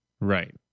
Right